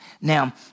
Now